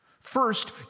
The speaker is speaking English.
First